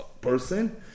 person